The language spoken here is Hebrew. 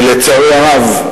ולצערי הרב,